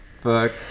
Fuck